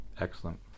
excellent